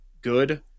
good